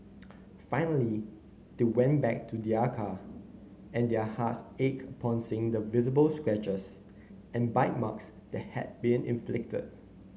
finally they went back to their car and their hearts ached upon seeing the visible scratches and bite marks that had been inflicted